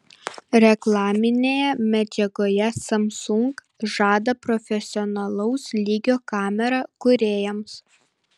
reklaminėje medžiagoje samsung žada profesionalaus lygio kamerą kūrėjams